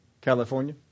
California